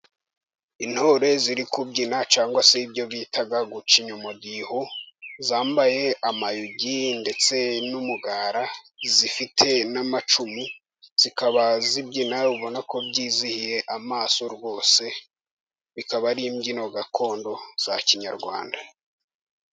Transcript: Intore ziri kubyina ,cyangwa se ibyo bitaga guca umudiho ,zambaye amayugi ndetse n'umugara zifite n'amacumu zikaba zibyina ubona ko byizihiye amaso rwose ,bikaba ari imbyino gakondo za kinyarwanda.